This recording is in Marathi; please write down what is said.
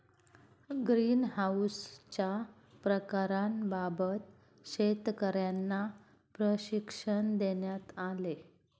ग्रीनहाउसच्या प्रकारांबाबत शेतकर्यांना प्रशिक्षण देण्यात आले